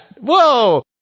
Whoa